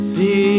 See